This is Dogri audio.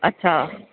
अच्छा